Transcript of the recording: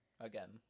Again